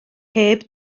heb